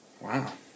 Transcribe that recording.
Wow